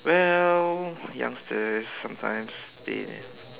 well youngsters sometimes they